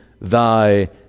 thy